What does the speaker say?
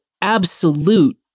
absolute